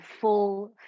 full